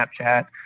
Snapchat